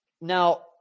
Now